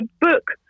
book